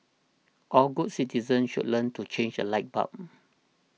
all good citizens should learn to change a light bulb